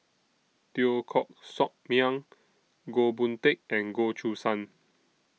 Teo Koh Sock Miang Goh Boon Teck and Goh Choo San